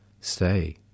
Stay